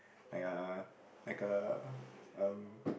!aiya! like a um